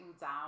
down